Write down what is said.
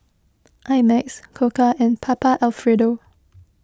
I Max Koka and Papa Alfredo